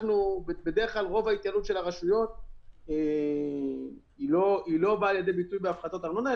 בדרך כל רוב ההתייעלות של הרשויות לא באה לידי ביטוי בהפחתות ארנונה,